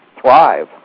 thrive